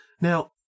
Now